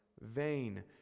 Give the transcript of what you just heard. vain